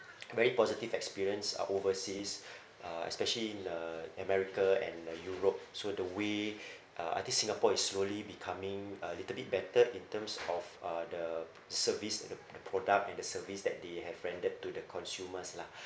very positive experience are overseas uh especially in the america and the europe so the way uh I think singapore is slowly becoming a little bit better in terms of uh the service and the p~ product and the service that they have rendered to the consumers lah